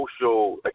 social